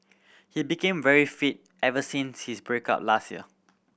he became very fit ever since his break up last year